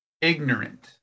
ignorant